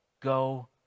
go